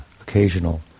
occasional